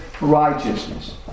righteousness